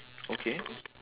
okay